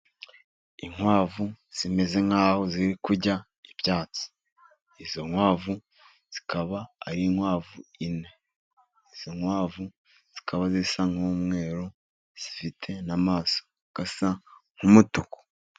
Inkwavu zimeze nk'aho ziri kurya ibyatsi, izo nkwavu zikaba ari inkwavu enye, izi nkwavu zikaba zisa n'umweru, zifite amaso asa nk'umutuku.